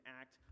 act